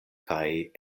kaj